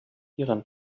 ihren